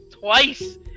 twice